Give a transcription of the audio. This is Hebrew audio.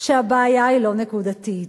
שהבעיה היא לא נקודתית,